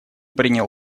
принял